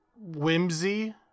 whimsy